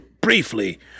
briefly